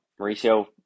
Mauricio